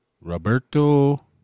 Roberto